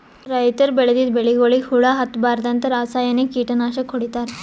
ರೈತರ್ ಬೆಳದಿದ್ದ್ ಬೆಳಿಗೊಳಿಗ್ ಹುಳಾ ಹತ್ತಬಾರ್ದ್ಂತ ರಾಸಾಯನಿಕ್ ಕೀಟನಾಶಕ್ ಹೊಡಿತಾರ್